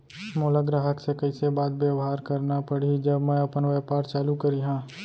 मोला ग्राहक से कइसे बात बेवहार करना पड़ही जब मैं अपन व्यापार चालू करिहा?